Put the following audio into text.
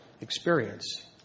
experience